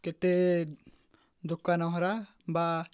କେତେ ଦୋକାନ ହେରା ବା